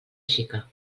xica